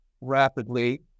rapidly